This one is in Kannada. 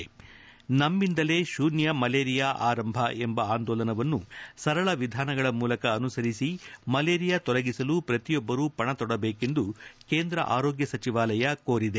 ನಮ್ಮಿಂದಲೇ ಶೂನ್ಯ ಮಲೇರಿಯಾ ಆರಂಭ ಎಂಬ ಆಂದೋಲನವನ್ನು ಸರಳ ವಿಧಾನಗಳ ಮೂಲಕ ಅನುಸರಿಸಿ ಮಲೇರಿಯಾ ತೊಲಗಿಸಲು ಶ್ರತಿಯೊಬ್ಬರು ಪಣ ತೊಡಬೇಕೆಂದು ಕೇಂದ್ರ ಆರೋಗ್ಯ ಸಚಿವಾಲಯ ಕೋರಿದೆ